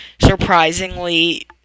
surprisingly